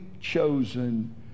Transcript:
chosen